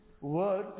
word